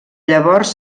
llavors